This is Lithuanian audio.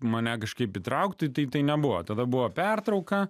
mane kažkaip įtraukti tai tai nebuvo tada buvo pertrauka